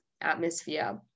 atmosphere